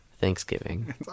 Thanksgiving